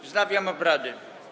Wznawiam obrady.